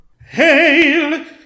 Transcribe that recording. hail